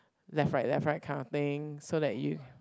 left right left right kind of thing so that you